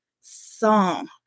song